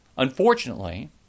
Unfortunately